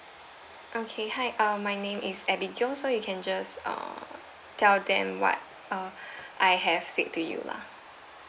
okay hi uh my name is abigail so you can just err tell them what uh I have said to you lah